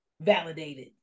validated